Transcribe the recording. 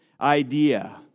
idea